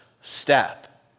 step